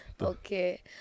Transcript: Okay